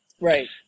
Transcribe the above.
Right